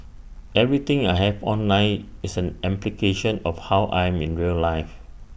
everything I have online is an amplification of how I am in real life